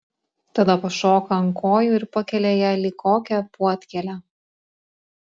tada pašoka ant kojų ir pakelia ją lyg kokią puodkėlę